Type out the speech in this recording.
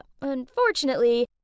unfortunately